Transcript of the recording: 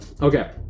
okay